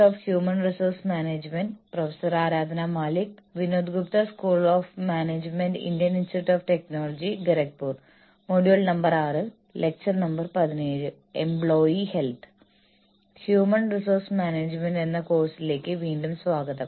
human resource management ക്ലാസിലേക്ക് വീണ്ടും സ്വാഗതം